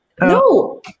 No